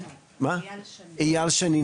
מר אייל שני.